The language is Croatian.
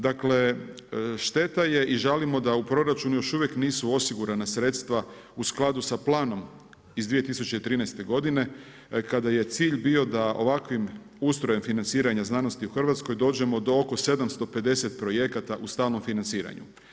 Dakle šteta je i žalimo da u proračunu još uvijek nisu osigurana sredstva u skladu sa planom iz 2013. godine kada je cilj bio da ovakvim ustrojem financiranja znanosti u Hrvatskoj dođemo do oko 750 projekata u stalnom financiranju.